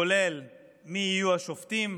כולל מי יהיו השופטים,